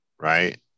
Right